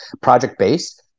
project-based